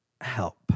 help